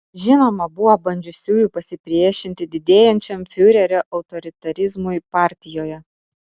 žinoma buvo bandžiusiųjų pasipriešinti didėjančiam fiurerio autoritarizmui partijoje